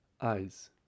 Eyes